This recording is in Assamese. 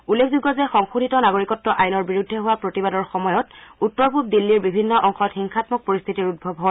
উল্লেখযোগ্য যে সংশোধিত নাগৰিকত্ব আইনৰ বিৰুদ্ধে হোৱা প্ৰতিবাদৰ সময়ত উত্তৰ পূব দিল্লীৰ বিভিন্ন অংশত হিংসামক পৰিশ্থিতিৰ উদ্ভৱ হয়